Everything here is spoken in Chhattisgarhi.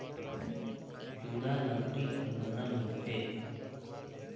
जुड़ा लकरी कर बनल होथे